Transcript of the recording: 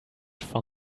from